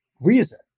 reason